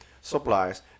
supplies